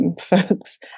folks